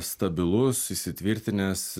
stabilus įsitvirtinęs